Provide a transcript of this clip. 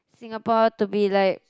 Singapore to be like